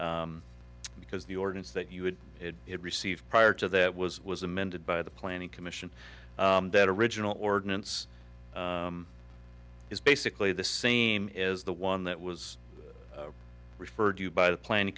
because the ordinance that you would it received prior to that was was amended by the planning commission that original ordinance is basically the same is the one that was referred to by the planning